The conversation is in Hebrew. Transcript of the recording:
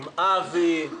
עם אבי ניסנקורן,